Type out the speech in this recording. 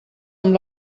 amb